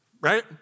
right